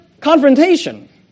confrontation